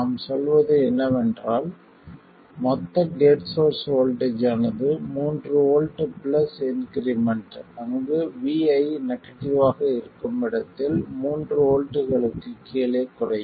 நாம் சொல்வது என்னவென்றால் மொத்த கேட் சோர்ஸ் வோல்ட்டேஜ் ஆனது மூன்று வோல்ட் பிளஸ் இன்க்ரீமென்ட் அங்கு vi நெகடிவ்வாக இருக்கும் இடத்தில் மூன்று வோல்ட்டுகளுக்குக் கீழே குறையும்